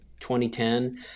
2010